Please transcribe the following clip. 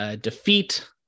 Defeat